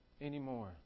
anymore